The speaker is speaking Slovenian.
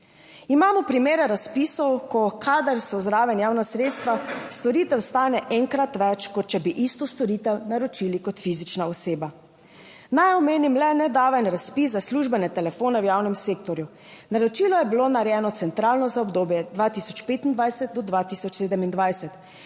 Imamo primere razpisov, ko kadar so zraven javna sredstva, storitev stane enkrat več, kot če bi isto storitev naročili kot fizična oseba. Naj omenim le nedaven razpis za službene telefone v javnem sektorju. Naročilo je bilo narejeno centralno za obdobje 2025 do 2027.